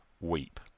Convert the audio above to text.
Weep